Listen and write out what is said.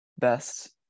best